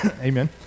amen